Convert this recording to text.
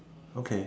okay